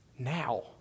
Now